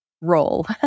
role